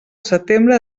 setembre